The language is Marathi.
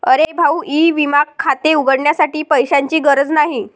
अरे भाऊ ई विमा खाते उघडण्यासाठी पैशांची गरज नाही